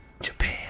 Japan